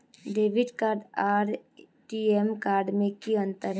Debit card आर ATM card में की अंतर है?